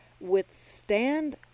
withstand